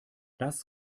das